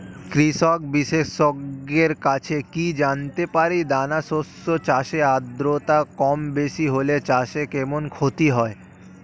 কৃষক বিশেষজ্ঞের কাছে কি জানতে পারি দানা শস্য চাষে আদ্রতা কমবেশি হলে চাষে কেমন ক্ষতি হয়?